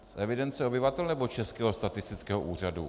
Z evidence obyvatel, nebo z Českého statistického úřadu?